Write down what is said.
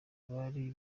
bari